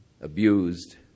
abused